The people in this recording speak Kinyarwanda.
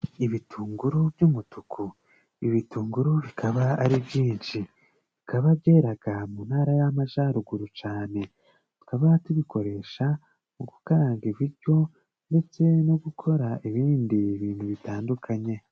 Ibitunguru by'umutuku. I,bitunguru bikaba ari byinshi, bikaba byeraga mu ntara y'amajaruguru cane. Tukaba tubikoresha mu gukaranga ibiryo ndetse no gukora ibindi bintu bitandukanye.